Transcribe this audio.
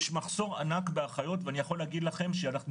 יש מחסור ענק באחיות ואני יכול להגיד לכם שאנחנו